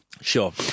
Sure